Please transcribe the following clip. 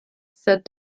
said